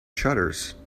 shutters